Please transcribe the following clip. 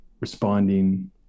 responding